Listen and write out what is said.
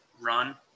run